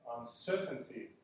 uncertainty